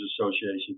Association